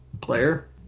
player